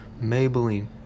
Maybelline